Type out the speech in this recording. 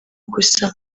gusa